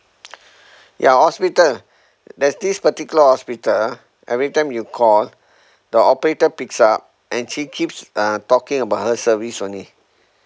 ya hospital there's this particular hospital every time you call the operator picks up and she keeps uh talking about her service only